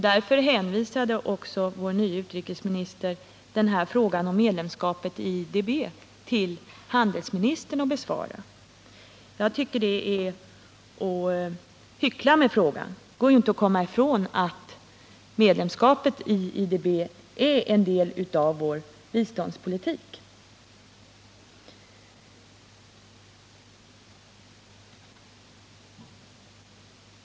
Därför hänvisade också vår nye utrikesminister den här frågan om medlemskapet i IDB till handelsministern att besvara. Jag tycker det är att hyckla med frågan. Det går inte att komma ifrån att medlemskapet i IDB är en del av vår biståndspolitik.